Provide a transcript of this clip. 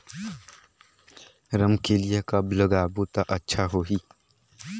रमकेलिया कब लगाबो ता अच्छा होही?